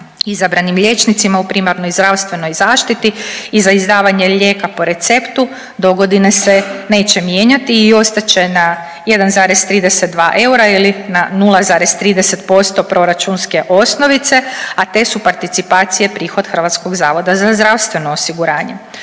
izabranim liječnicima u primarnoj zdravstvenoj zaštiti i za izdavanje lijeka po receptu dogodine se neće mijenjati i ostat će na 1,32 eura ili na 0,30% proračunske osnovice, a te su participacije prihod HZZO-a. Osim promjena vezanih